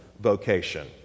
vocation